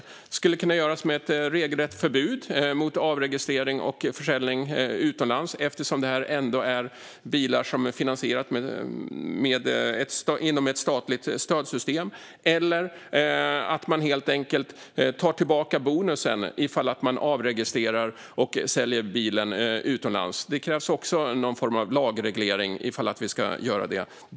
Det skulle kunna göras genom ett regelrätt förbud mot avregistrering och försäljning utomlands, eftersom det är bilar som finansieras inom ett statligt stödsystem, eller genom att man helt enkelt tar tillbaka bonusen ifall bilen avregistreras och säljs utomlands. Det krävs någon form av lagreglering ifall vi ska göra det.